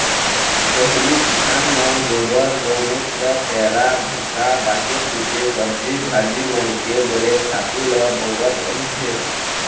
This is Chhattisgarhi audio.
पहिली किसान मन गोबर, गउमूत्र, पैरा भूसा, बाचे खूचे सब्जी भाजी मन के बने खातू ल बउरत रहिस हे